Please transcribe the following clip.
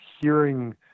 hearing